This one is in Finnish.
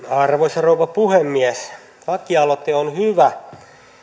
arvoisa rouva puhemies lakialoite on hyvä